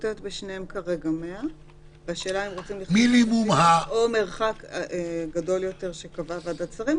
כותבת בשניהם כרגע 100. להוסיף גם "או מרחק גדול יותר שקבעה ועדת שרים"?